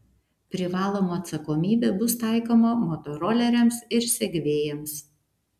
privaloma atsakomybė bus taikoma motoroleriams ir segvėjams